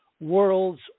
worlds